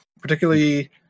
Particularly